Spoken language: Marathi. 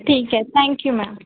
ठीक आहे थँक्यू मॅम